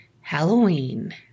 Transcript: Halloween